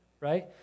right